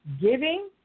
giving